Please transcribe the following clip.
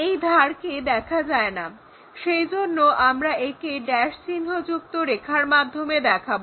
এই ধারকে দেখা যায় না সেজন্য আমরা একে ড্যাশ চিহ্ন যুক্ত রেখার মাধ্যমে দেখাবো